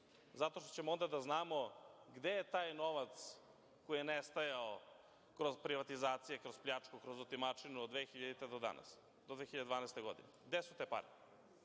zato što ćemo onda da znamo gde je taj novac koji je nestajao kroz privatizacije, kroz pljačku, kroz otimačinu od 2000. godine do danas, do 2012. godine. Gde su te pare?